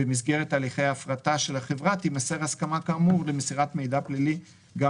במסגרת הליכי הפרטה של החברה תימסר הסכמה כאמור למסירת מידע פלילי גם